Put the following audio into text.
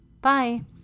Bye